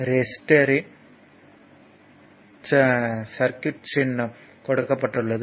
ரெசிஸ்டர்யின் சுற்று சின்னம் கொடுக்கப்பட்டுள்ளது